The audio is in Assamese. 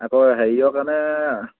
আকৌ হেৰিয়ৰ কাৰণে